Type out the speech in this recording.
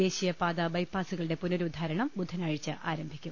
ദേശീയപാതാ ബൈപ്പാസുകളുടെ പുനരുദ്ധാരണം ബുധനാഴ്ച ആരംഭിക്കും